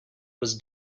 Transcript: was